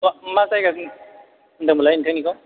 मा जायगा होनदों मोनलाय नोंथांनिखौ